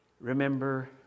remember